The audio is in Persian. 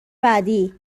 بعدی